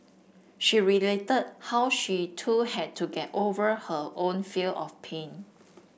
she related how she too had to get over her own fear of pain